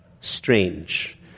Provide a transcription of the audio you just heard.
strange